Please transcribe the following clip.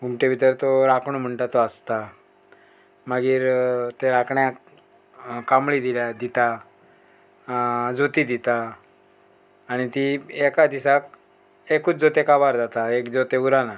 घुमटे भितर तो राखणो म्हणटा तो आसता मागीर त्या राखण्याक कांबळी दिल्या दिता जोती दिता आनी ती एका दिसाक एकूच जोते काबार जाता एक जोते उराना